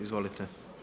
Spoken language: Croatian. Izvolite.